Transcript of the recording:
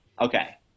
Okay